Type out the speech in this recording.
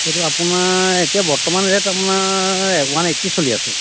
এইটো আপোনাৰ এতিয়া বৰ্তমান ৰেট আপোনাৰ ওৱান এইটি চলি আছে